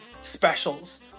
specials